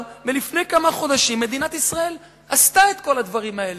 לפני כמה חודשים מדינת ישראל עשתה את כל הדברים האלה,